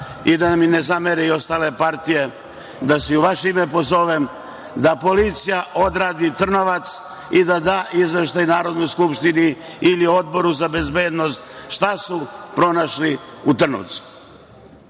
i da mi ne zamere ostale partije, da se i u vaše ime pozovem, da policija odradi Trnovac i da da izveštaj Narodnoj skupštini ili Odboru za bezbednost šta su pronašli u Trnovcu. Kada